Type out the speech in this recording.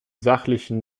sachlichen